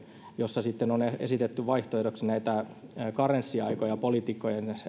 joissa sitten on esitetty vaihtoehdoksi karenssiaikoja poliitikkojen siirtymisessä